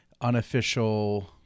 unofficial